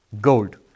gold